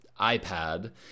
ipad